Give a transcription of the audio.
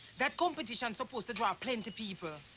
that competition supposed to draw plenty people.